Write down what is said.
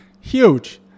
Huge